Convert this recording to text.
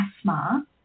asthma